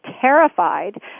terrified